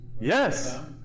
Yes